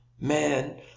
Man